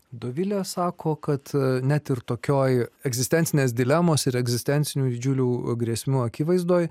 dovilė sako kad net ir tokioje egzistencinės dilemos ir egzistencinių didžiulių grėsmių akivaizdoje